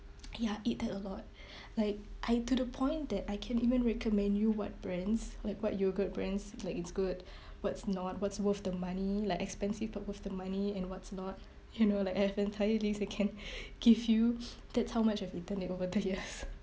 ya I eat that a lot like I to the point that I can even recommend you what brands like what yoghurt brands like is good what's not what's worth the money like expensive but worth the money and what's not you know like I've an entire list I can give you that's how much I've eaten it over the years